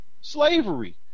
slavery